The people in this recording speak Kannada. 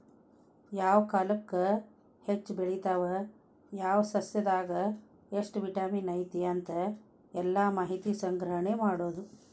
ಯಾವ ಕಾಲಕ್ಕ ಹೆಚ್ಚ ಬೆಳಿತಾವ ಯಾವ ಸಸ್ಯದಾಗ ಎಷ್ಟ ವಿಟಮಿನ್ ಐತಿ ಅಂತ ಎಲ್ಲಾ ಮಾಹಿತಿ ಸಂಗ್ರಹಣೆ ಮಾಡುದು